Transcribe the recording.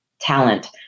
talent